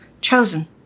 Chosen